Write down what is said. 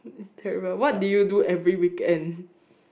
what did you do every weekend